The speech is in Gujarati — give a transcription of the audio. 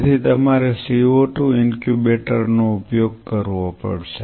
તેથી તમારે CO2 ઇન્ક્યુબેટર નો ઉપયોગ કરવો પડશે